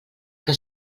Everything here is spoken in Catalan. que